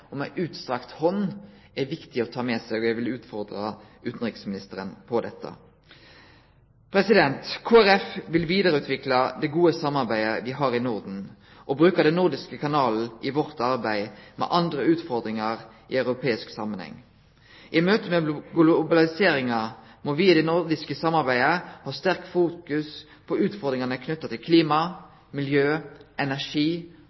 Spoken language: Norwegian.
om ei utstrekt hand er viktig å ta med seg, og eg vil utfordre utanriksministeren på dette. Kristeleg Folkeparti vil vidareutvikle det gode samarbeidet me har i Norden og bruke den nordiske kanalen i vårt arbeid med andre utfordringar i europeisk samanheng. I møte med globaliseringa må me i det nordiske samarbeidet ha sterkt fokus på utfordringane knytte til klima, miljø, energi,